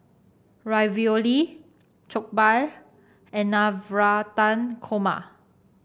Ravioli Jokbal and Navratan Korma